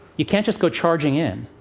you can't just go charging in,